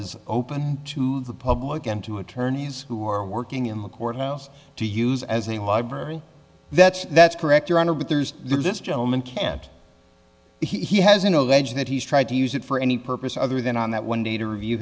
is open to the public and to attorneys who are working in the courthouse to use as a library that's that's correct your honor but there's this gentleman can't he has an alleged that he's tried to use it for any purpose other than on that one day to review